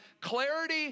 clarity